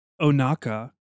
Onaka